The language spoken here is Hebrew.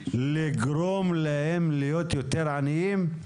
צריך לגרום להם להיות יותר עניים?